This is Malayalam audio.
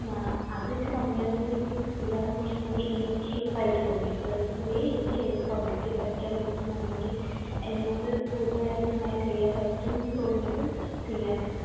ആ അതുവെച്ച് കംപേർ ചെയ്യുമ്പോൾ എനിക്ക് സി ആണ് കുറച്ചും കൂടി എനിക്ക് എളുപ്പമായിട്ടു തോന്നിയത് പേഴ്സണലി എനിക്ക് എളുപ്പം എനിക്ക് പഠിക്കാൻ പറ്റും അല്ലെങ്കിൽ എന്നെ കൊണ്ട് കുടുതലായിട്ടു നന്നായി ചെയ്യാൻ പറ്റുമെന്ന് തോന്നിയത് സി ആണ്